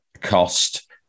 cost